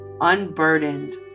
unburdened